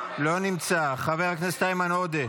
לא נמצא, חבר הכנסת איימן עודה,